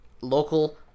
local